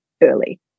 early